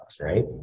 right